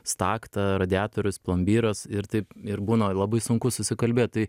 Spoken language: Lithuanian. stakta radiatorius plombyras ir taip ir būna labai sunku susikalbėt